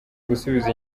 gusubiza